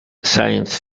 science